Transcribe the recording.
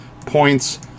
points